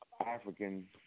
African